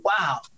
wow